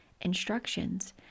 instructions